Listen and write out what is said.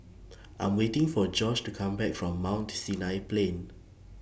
I Am waiting For Josh to Come Back from Mount Sinai Plain